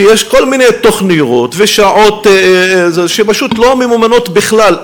שיש כל מיני תוכניות ושעות שפשוט לא ממומנות בכלל,